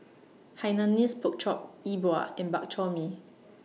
Hainanese Pork Chop Yi Bua and Bak Chor Mee